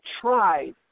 tried